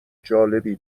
جالبی